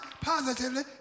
positively